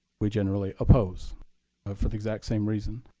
we generally oppose, but for the exact same reason.